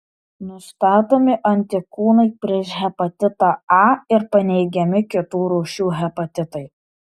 nustatomi antikūnai prieš hepatitą a ir paneigiami kitų rūšių hepatitai